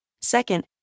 Second